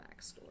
backstory